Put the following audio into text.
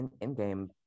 in-game